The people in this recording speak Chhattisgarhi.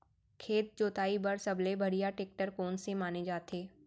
खेत जोताई बर सबले बढ़िया टेकटर कोन से माने जाथे?